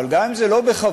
אבל גם אם זה לא בכוונה,